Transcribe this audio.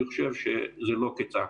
אני חושב שזה לא כצעקתה.